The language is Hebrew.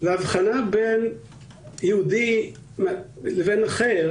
להבחנה בין יהודי לבין אחר